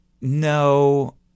No